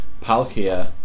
Palkia